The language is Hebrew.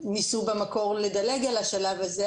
ניסו במקור לדלג על השלב הזה,